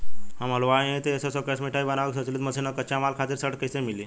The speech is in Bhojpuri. हम हलुवाई हईं त ए.सी शो कैशमिठाई बनावे के स्वचालित मशीन और कच्चा माल खातिर ऋण कइसे मिली?